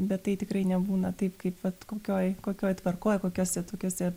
bet tai tikrai nebūna taip kaip vat kokioj kokioj tvarkoj kokiuose tokiuose